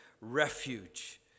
refuge